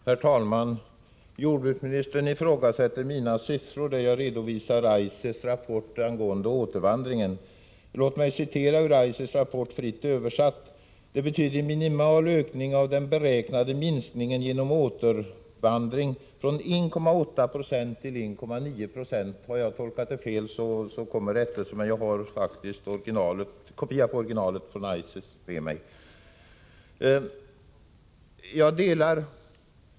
Herr talman! Jordbruksministern ifrågasätter de sifferuppgifter jag angav när jag redovisade ICES rapport angående återvandringen. Låt mig därför återge vad som står i rapporten, fritt översatt. Det är fråga om en minimal ökning av den beräknade minskningen genom återvandring: från 1,8 till 1,9 9. Om jag har tolkat detta fel skall jag återkomma med en rättelse, men jag har hämtat siffrorna från den kopia av ICES originalrapport som jag har med mig här.